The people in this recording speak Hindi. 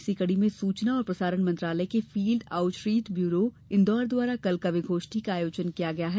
इसी कड़ी में सूचना और प्रसारण मंत्रालय के फील्ड आउटरीच ब्यूरो इंदौर द्वारा कल कवि गोष्ठी का आयोजन किया गया है